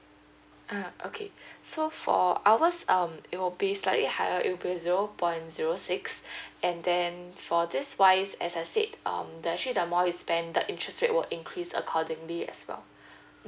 err okay so for ours um it will be slightly higher it will be zero point zero six and then for this wise as I said um that's actually the more you spent the interest rate will increase accordingly as well mm